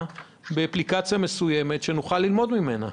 ובאפליקציה מסוימת שאפשר ללמוד ממנה.